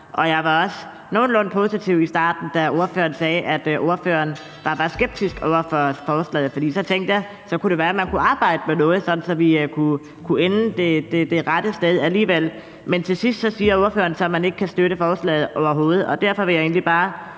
jeg var også nogenlunde positiv i starten, da ordføreren sagde, at ordføreren var meget skeptisk over for forslaget. For da tænkte jeg, at så kunne det være, man kunne arbejde med noget, sådan at vi kunne ende det rette sted alligevel. Men til sidst siger ordføreren så, at man ikke kan støtte forslaget overhovedet.